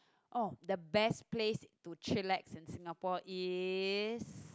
oh the best place to chillax in Singapore is